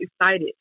excited